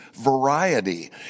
variety